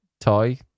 toy